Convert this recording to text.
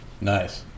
Nice